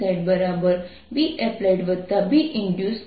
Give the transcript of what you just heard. તેથી સપાટી પ્રવાહ ઘનતા k σRωsinθ છે